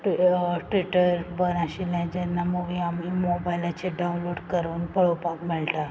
ट्वी Twitter बंद आशिल्लें जेन्ना मुवी आमी मोबायलाचेर डावनलोड करून पळोवपाक मेळटा